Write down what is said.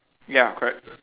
ya correct